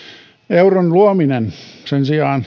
euron luominen sen sijaan